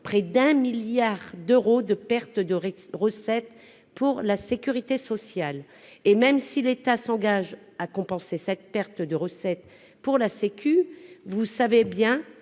près d'1 milliard d'euros de pertes de recettes pour la sécurité sociale ! Même si l'État s'engageait à compenser cette perte de recettes pour la sécurité sociale, vous savez bien